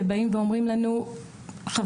שבאים ואומרים לנו חברים,